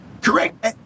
Correct